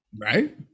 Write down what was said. Right